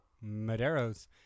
Madero's